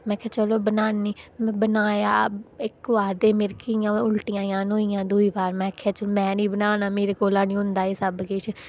में आक्खेआ चलो बनानी में बनाया इक होआ ते मिगी इं'या उल्टियां जन होइयां दूई बार में आकेा में निं बनाना मेरे कोला निं होंदा एह् सब किश